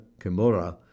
Kimura